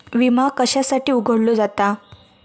विमा कशासाठी उघडलो जाता?